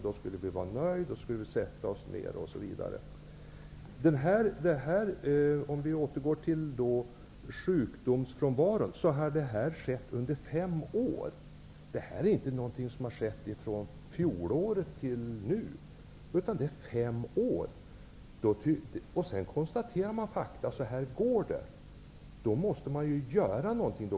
Då skulle vi vara nöjda, sätta oss ner, osv. Om vi återgår till frågan om frånvaro på grund av sjukdom har detta skett under fem år. Det är inte någonting som har skett under fjolåret och nu. Det är fråga om fem år. Man har konstaterat fakta -- detta är vad som händer. Då måste man göra någonting.